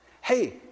Hey